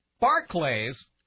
Barclays